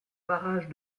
barrage